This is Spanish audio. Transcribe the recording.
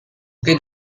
que